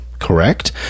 Correct